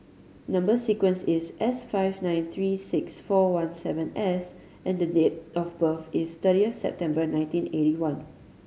number sequence is S five nine three six four one seven S and date of birth is thirtieth September nineteen eighty one